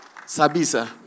Sabisa